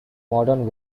modern